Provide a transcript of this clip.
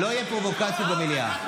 לא יהיו פרובוקציות במליאה.